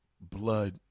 blood